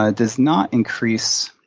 ah does not increase,